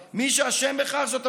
מי שאשם בכך זה לא נגיף הקורונה,